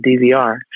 DVR